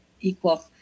equal